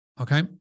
okay